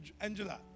Angela